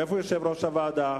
איפה יושב-ראש הוועדה?